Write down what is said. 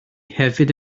hefyd